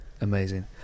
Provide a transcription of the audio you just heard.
Amazing